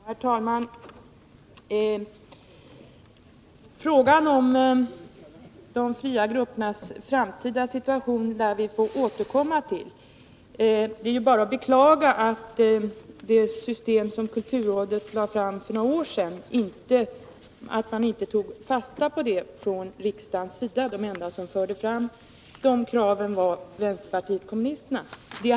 Herr talman! Vi lär få återkomma till frågan om de fria gruppernas situation. Det är bara att beklaga att riksdagen inte tog fasta på det system som kulturrådet föreslog för några år sedan. Det enda parti som förde fram kraven var vänsterpartiet kommunisterna.